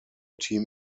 team